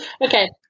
Okay